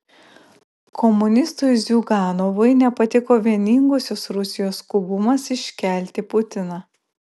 komunistui ziuganovui nepatiko vieningosios rusijos skubumas iškelti putiną